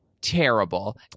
terrible